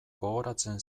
gogoratzen